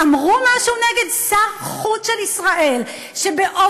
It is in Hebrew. אמרו משהו נגד שר חוץ של ישראל שבאופן